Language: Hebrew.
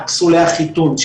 היא פסולי החיתון,